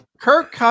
Kirk